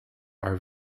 are